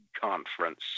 Conference